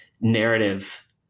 narrative